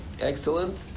excellent